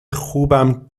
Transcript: خوبم